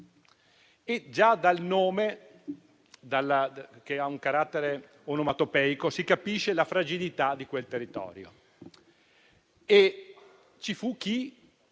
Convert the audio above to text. e già dal nome, che ha un carattere onomatopeico, si capisce la fragilità di quel territorio.